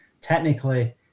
technically